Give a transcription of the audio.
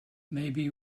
maybe